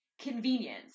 convenience